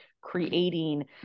creating